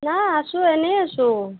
নাই আছোঁ এনেই আছোঁ